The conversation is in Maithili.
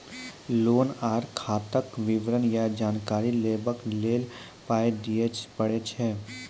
लोन आर खाताक विवरण या जानकारी लेबाक लेल पाय दिये पड़ै छै?